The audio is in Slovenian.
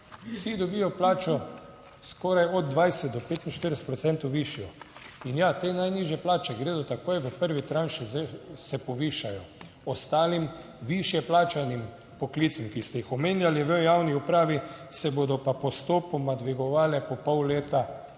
vsi dobijo plačo skoraj od 20 do 45 procentov višjo. In ja, te najnižje plače gredo takoj v prvi, tranše se povišajo ostalim višje plačanim poklicem, ki ste jih omenjali v javni upravi, se bodo pa postopoma dvigovale po pol leta